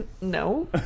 No